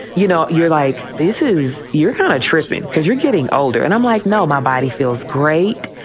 you know, you're like this is you're kind of tripping because you're getting older. and i'm like, no, my body feels great.